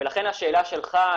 לכן השאלה שלך,